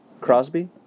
Crosby